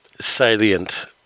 salient